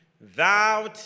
Thou